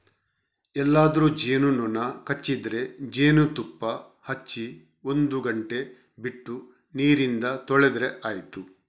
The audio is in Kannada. ಎಲ್ಲಾದ್ರೂ ಜೇನು ನೊಣ ಕಚ್ಚಿದ್ರೆ ಜೇನುತುಪ್ಪ ಹಚ್ಚಿ ಒಂದು ಗಂಟೆ ಬಿಟ್ಟು ನೀರಿಂದ ತೊಳೆದ್ರೆ ಆಯ್ತು